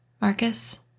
Marcus